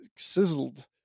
sizzled